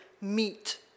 meet